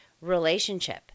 relationship